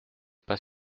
pas